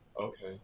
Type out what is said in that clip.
Okay